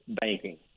banking